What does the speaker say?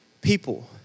people